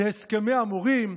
להסכמי המורים,